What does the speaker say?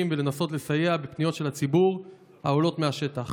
ולנסות לסייע בפניות של הציבור העולות מהשטח.